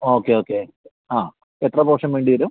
okay okay ആ എത്ര portion വേണ്ടിവരും